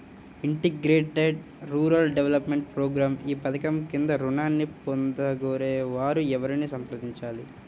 Integrated rural development programme ఈ పధకం క్రింద ఋణాన్ని పొందగోరే వారు ఎవరిని సంప్రదించాలి?